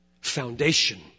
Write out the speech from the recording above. foundation